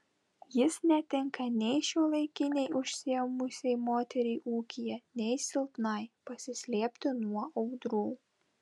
jis netinka nei šiuolaikinei užsiėmusiai moteriai ūkyje nei silpnai pasislėpti nuo audrų